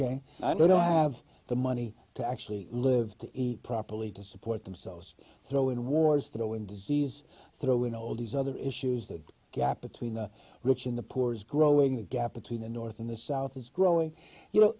day i don't have the money to actually live to eat properly to support themselves throw in wars throw in disease throw in all these other issues the gap between the rich and the poor is growing the gap between the north and the south is growing you know